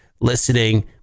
listening